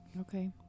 okay